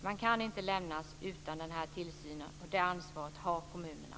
Man kan inte lämna dem utan denna tillsyn. Det ansvaret har kommunerna.